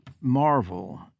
marvel